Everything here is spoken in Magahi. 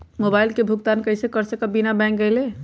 मोबाईल के भुगतान कईसे कर सकब बिना बैंक गईले?